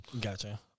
Gotcha